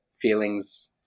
feelings